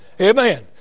amen